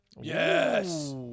Yes